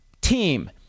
team